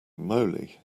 moly